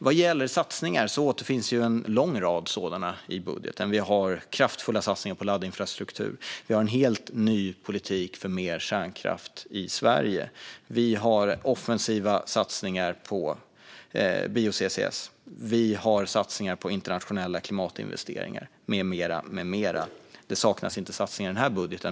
Vad gäller satsningar återfinns en lång rad sådana i budgeten, till exempel kraftfulla satsningar på laddinfrastruktur och en helt ny politik för mer kärnkraft i Sverige. Vi har även offensiva satsningar på bio-CCS, satsningar på internationella klimatinvesteringar med mera. Det saknas inte satsningar i den här budgeten.